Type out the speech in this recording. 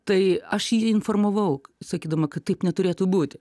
tai aš jį informavau sakydama kad taip neturėtų būti